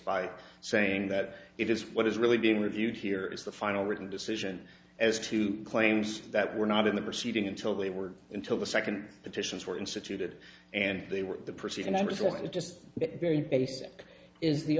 by saying that it is what is really being reviewed here is the final written decision as to claims that were not in the proceeding until they were until the second petitions were instituted and they were the person i was talking to just very basic is the